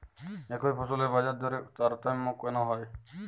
একই ফসলের বাজারদরে তারতম্য কেন হয়?